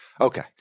Okay